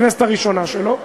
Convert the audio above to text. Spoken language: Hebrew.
הכנסת הראשונה שלו,